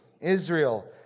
Israel